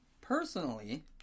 personally